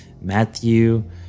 Matthew